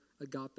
agape